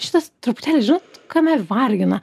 šitas truputėlį žinot kame vargina